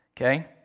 Okay